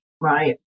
right